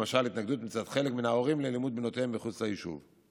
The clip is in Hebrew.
למשל התנגדות מצד חלק מן ההורים ללימוד בנותיהם מחוץ ליישוב.